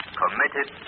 committed